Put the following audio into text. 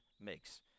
makes